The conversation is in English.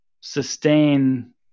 sustain